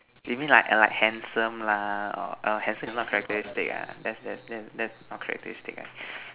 you mean like like handsome lah orh handsome is not characteristic ah that's that's that's that's not characteristic right